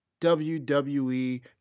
WWE